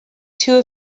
two